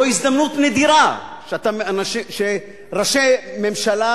זו הזדמנות נדירה שראשי ממשלה,